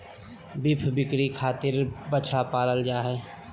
beef बिक्री खातिर बछड़ा पालन करल जा हय